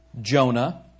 Jonah